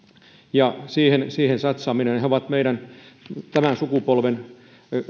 ja siihen siihen satsaaminen he ovat meidän tämän sukupolven